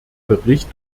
bericht